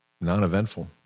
non-eventful